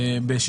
בבקשה.